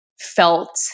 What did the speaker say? felt